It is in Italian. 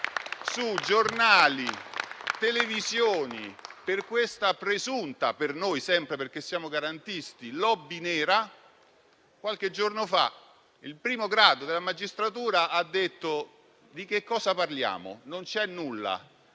sui giornali e sulle televisioni per una presunta - per noi sempre, perché siamo garantisti - *lobby* nera. Qualche giorno fa il primo grado della magistratura ha detto: di che cosa parliamo? Non c'è nulla.